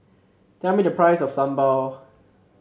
tell me the price of sambal